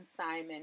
Simon